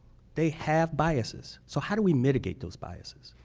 they have biases so how do we mitigate those biases?